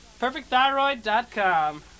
Perfectthyroid.com